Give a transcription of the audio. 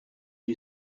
you